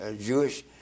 Jewish